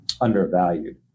undervalued